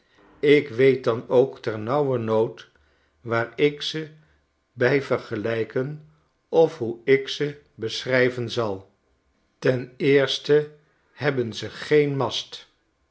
ik weet dan ook ternauwernood waar ik ze bij vergeliiken of hoe ik ze beschrijven zal ten eerste hebben ze geen mast